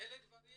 אלה הדברים